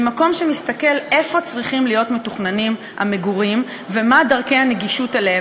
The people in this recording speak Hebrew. ממקום שמסתכל איפה צריכים להיות מתוכננים המגורים ומה דרכי הגישה אליהם,